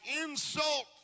insult